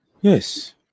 Yes